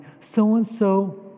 So-and-so